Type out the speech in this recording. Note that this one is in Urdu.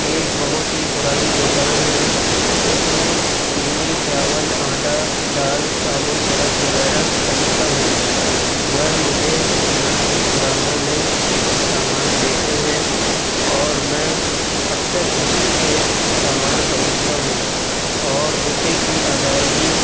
ایک بہت ہی پرانی دکان ہے اس میں چینی چاول آٹا دال صابن سرف وغیرہ خریدتا ہوں وہ مجھے مناسب داموں میں سامان دیتے ہیں اور میں اکثر اسی سے سامان خریدتا ہوں اور روپئے کی ادائیگی